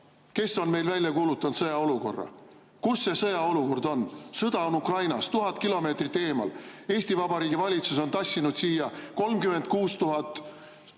Kes on meil välja kuulutanud sõjaolukorra? Kus see sõjaolukord on? Sõda on Ukrainas, tuhat kilomeetrit eemal. Eesti Vabariigi valitsus on tassinud siia 36 000